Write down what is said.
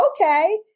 okay